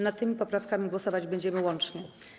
Nad tymi poprawkami głosować będziemy łącznie.